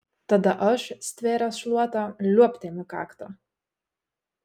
tada aš stvėręs šluotą liuobt jam į kaktą